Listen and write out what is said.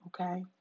okay